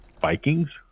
Vikings